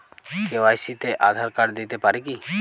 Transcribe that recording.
KYC তে Aadhaar card দিতে পারি কি?